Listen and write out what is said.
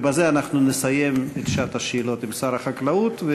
ובזה נסיים את שעת השאלות עם שר החקלאות,